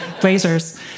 Blazers